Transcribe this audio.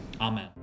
Amen